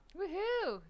Woohoo